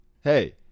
hey